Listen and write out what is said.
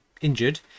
injured